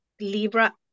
Libra